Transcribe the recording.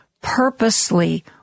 purposely